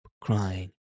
crying